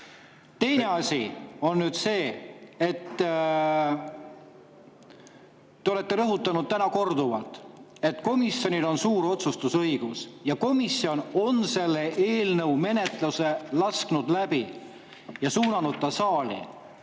Teine asi on see, et te olete rõhutanud täna korduvalt, et komisjonil on suur otsustusõigus ja komisjon on selle eelnõu menetluses läbi lasknud ja suunanud ta saali.